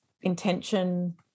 intention